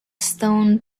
stone